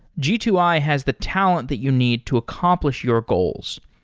g two i has the talent that you need to accomplish your goals.